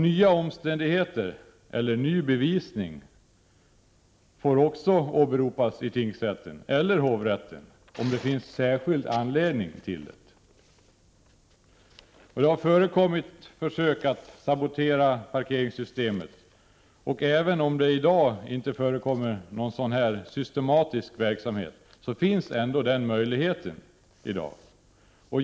Nya omständigheter eller ny bevisning får också åberopas i tingsrätten eller hovrätten om det finns särskild anledning till det. Det har förekommit försök att sabotera parkeringssystemet, och även om det i dag inte förekommer någon sådan systematisk verksamhet så finns ändå den möjligheten.